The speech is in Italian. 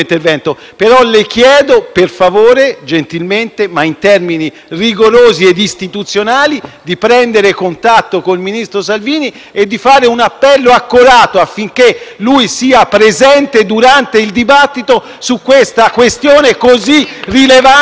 di prendere contatto con il ministro Salvini e di fare un appello accorato affinché sia presente durante il dibattito su tale questione così rilevante per il nostro Paese, per il nostro Governo, per il nostro Parlamento.